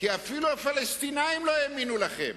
כי אפילו הפלסטינים לא האמינו לכם.